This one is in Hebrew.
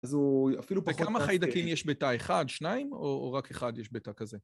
אז הוא אפילו פחות... וכמה חיידקים יש בתא? אחד-שניים? או רק אחד יש בתא כזה?